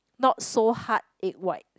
not so hard egg white